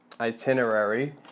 itinerary